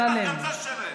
אני גר במעלה אדומים.